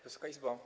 Wysoka Izbo!